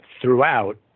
throughout